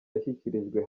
yashyikirijwe